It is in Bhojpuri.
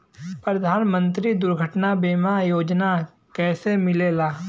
प्रधानमंत्री दुर्घटना बीमा योजना कैसे मिलेला?